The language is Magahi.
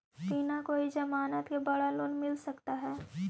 बिना कोई जमानत के बड़ा लोन मिल सकता है?